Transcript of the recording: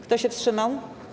Kto się wstrzymał?